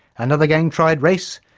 another gang tried race,